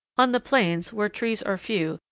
on the plains, where trees are few,